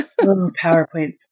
PowerPoints